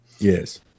Yes